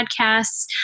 podcasts